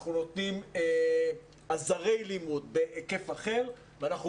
אנחנו נותנים עזרי לימוד בהיקף אחר ואנחנו